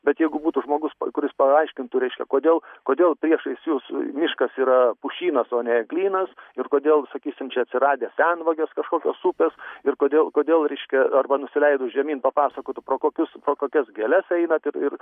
bet jeigu būtų žmogus kuris paaiškintų reiškia kodėl kodėl priešais jus miškas yra pušynas o ne eglynas ir kodėl sakysim atsiradę senvagės kažkokios upės ir kodėl kodėl reiškia arba nusileidus žemyn papasakotų pro kokius kokias gėles einat ir ir